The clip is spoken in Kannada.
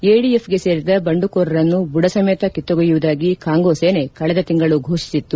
ಎಡಿಎಫ್ಗೆ ಸೇರಿದ ಬಂಡುಕೋರರನ್ನು ಬುಡಸಮೇತ ಕಿತ್ತೊಗೆಯುವುದಾಗಿ ಕಾಂಗೋ ಸೇನೆ ಕಳೆದ ತಿಂಗಳು ಘೋಷಿಸಿತ್ತು